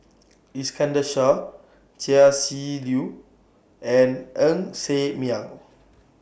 Iskandar Shah Chia Shi Lu and Ng Ser Miang